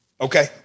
Okay